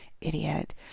idiot